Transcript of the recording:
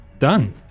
done